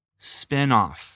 spinoff